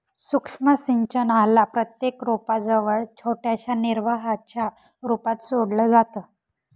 सूक्ष्म सिंचनाला प्रत्येक रोपा जवळ छोट्याशा निर्वाहाच्या रूपात सोडलं जातं